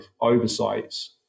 oversights